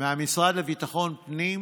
מהמשרד לביטחון פנים